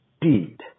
deed